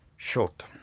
shot.